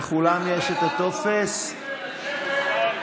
בבקשה לשבת.